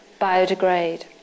biodegrade